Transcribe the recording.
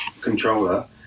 controller